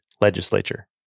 legislature